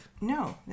No